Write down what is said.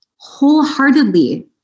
wholeheartedly